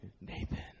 Nathan